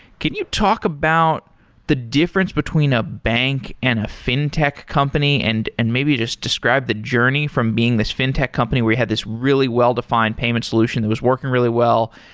can you talk about the difference between a bank and a fintech company and and maybe just describe the journey from being this fintech company where you have this really well-defined payment solution that was working really well.